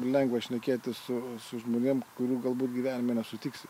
lengva šnekėtis su žmonėm kurių galbūt gyvenime nesutiksi